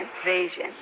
invasion